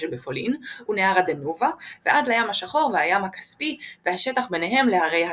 שבפולין ונהר הדנובה ועד לים השחור והים הכספי והשטח ביניהם להרי הקווקז.